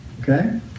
Okay